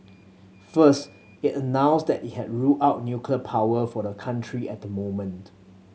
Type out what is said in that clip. first it announced that it had ruled out nuclear power for the country at the moment